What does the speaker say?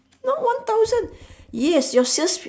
no one thousand yes your sales